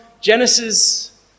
Genesis